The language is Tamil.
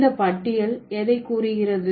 இந்த பட்டியல் எதை கூறுகிறது